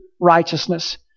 righteousness